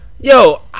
Yo